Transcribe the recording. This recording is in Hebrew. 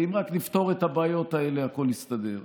אם רק נפתור את הבעיות האלה, הכול יסתדר.